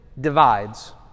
divides